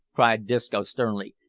cried disco sternly,